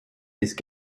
ist